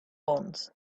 bonds